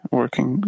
working